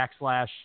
backslash